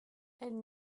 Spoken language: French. elles